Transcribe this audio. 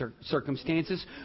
circumstances